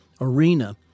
arena